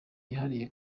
yihariye